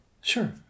Sure